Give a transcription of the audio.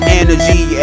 energy